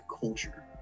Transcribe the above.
culture